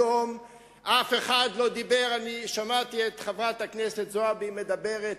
אני שמעתי את חברת הכנסת זועבי מדברת,